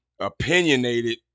opinionated